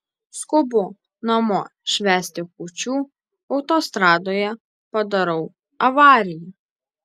skubu namo švęsti kūčių autostradoje padarau avariją